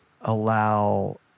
allow